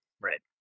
Right